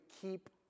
keep